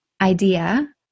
idea